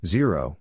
Zero